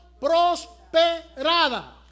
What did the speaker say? prosperada